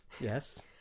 Yes